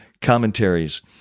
commentaries